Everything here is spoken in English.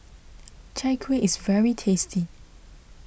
Chai Kueh is very tasty